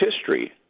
history